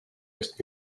eest